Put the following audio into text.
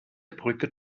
brücke